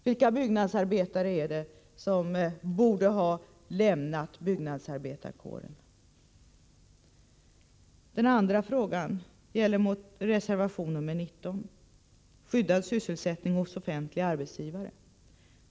Vilka byggnadsarbetare borde ha lämnat byggnadsarbetarkåren? Den andra frågan gäller reservation nr 19 om skyddad sysselsättning hos offentliga arbetsgivare.